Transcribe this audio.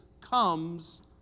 comes